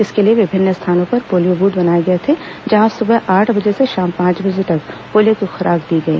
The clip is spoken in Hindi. इसके लिए विभिन्न स्थानों पर पोलियों बूथ बनाए गए थे जहां सुबह आठ बजे से शाम पांच बजे तक पोलियो की खुराक दी गई